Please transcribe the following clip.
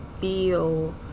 feel